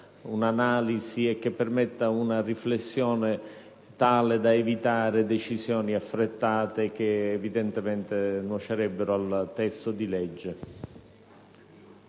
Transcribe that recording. un'analisi e una riflessione tali da evitare scelte affrettate che, evidentemente, nuocerebbero al testo di legge.